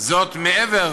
מעבר